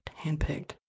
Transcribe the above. handpicked